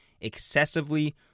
excessively